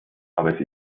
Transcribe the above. aber